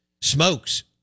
smokes